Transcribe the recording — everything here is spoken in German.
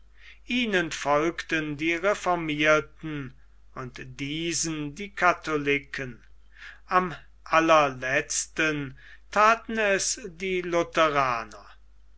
ihnen folgten die reformierten und diesen die katholiken am allerletzten thaten es die lutheraner